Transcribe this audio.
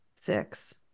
six